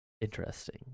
Interesting